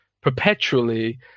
perpetually